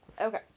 Okay